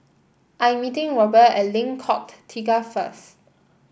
I am meeting Robt at Lengkok Tiga first